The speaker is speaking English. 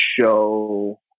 show